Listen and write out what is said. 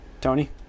Tony